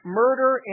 murder